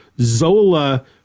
Zola